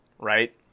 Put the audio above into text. Right